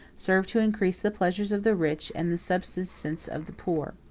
serve to increase the pleasures of the rich and the subsistence of the poor.